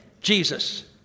Jesus